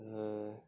err